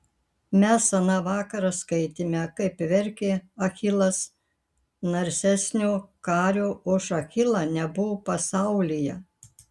mes aną vakarą skaitėme kaip verkė achilas narsesnio kario už achilą nebuvo pasaulyje